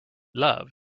love